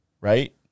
Right